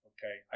Okay